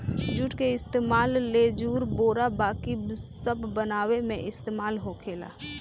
जुट के इस्तेमाल लेजुर, बोरा बाकी सब बनावे मे इस्तेमाल होखेला